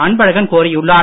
அன்பழகன் கோரியுள்ளார்